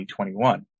2021